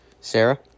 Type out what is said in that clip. Sarah